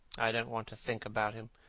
i don't want to think about him.